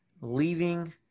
leaving